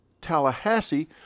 Tallahassee